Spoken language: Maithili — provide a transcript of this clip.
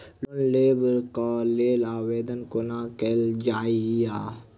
लोन लेबऽ कऽ लेल आवेदन कोना कैल जाइया?